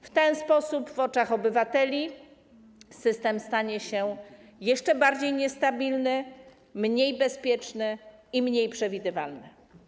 W ten sposób w oczach obywateli system stanie się jeszcze bardziej niestabilny, mniej bezpieczny i mniej przewidywalny.